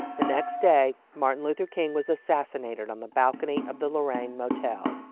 the next day, martin luther king was assassinated on the balcony of the lorraine motel.